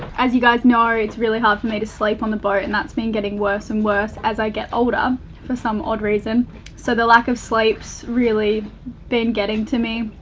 as you guys know, it's really hard for me to sleep on the boat and that's been getting worse and worse as i get older for some odd reason so the lack of sleep's really been getting to me.